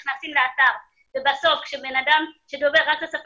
אבל אם נכנסים לאתר ובסוף כשבן אדם שדובר רק את השפה